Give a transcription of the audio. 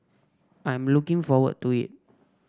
I'm looking forward to it